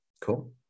Cool